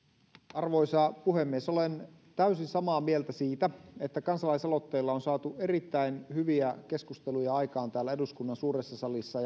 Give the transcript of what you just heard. arvoisa puhemies olen täysin samaa mieltä siitä että kansalaisaloitteilla on saatu erittäin hyviä keskusteluja aikaan täällä eduskunnan suuressa salissa